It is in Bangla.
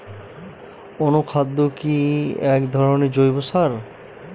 অনুখাদ্য কি এক ধরনের জৈব সার?